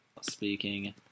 speaking